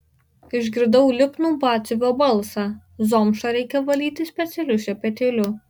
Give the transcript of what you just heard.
išgirdau lipnų batsiuvio balsą zomšą reikia valyti specialiu šepetėliu